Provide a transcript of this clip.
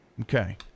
Okay